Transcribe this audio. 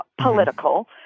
Political